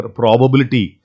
probability